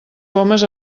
pomes